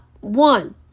one